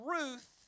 Ruth